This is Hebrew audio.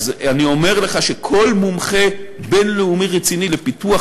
אני אומר לך שכל מומחה בין-לאומי רציני לפיתוח